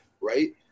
right